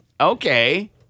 Okay